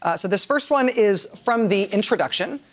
ah so this first one is from the introduction.